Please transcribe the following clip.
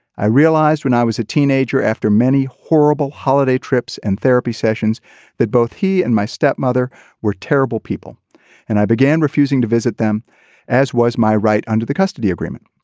i realized when i was a teenager after many horrible holiday trips and therapy sessions that both he and my stepmother were terrible people and i began refusing to visit them as was my right under the custody agreement.